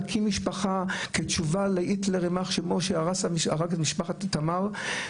להקים משפחה כתשובה להיטלר יימח שמו שהרג את משפחת איתמר,